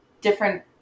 different